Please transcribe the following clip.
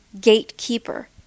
Gatekeeper